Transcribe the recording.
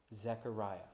Zechariah